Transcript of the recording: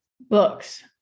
books